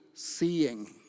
seeing